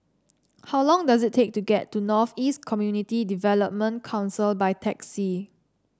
how long does it take to get to North East Community Development Council by taxi